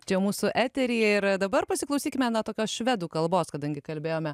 čia mūsų eteryje ir dabar pasiklausykime na tokios švedų kalbos kadangi kalbėjome